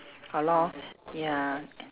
ah lor ya